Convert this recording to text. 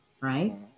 right